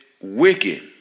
wicked